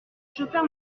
chauffeur